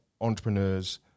entrepreneurs